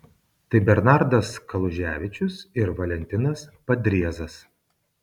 tai bernardas kaluževičius ir valentinas padriezas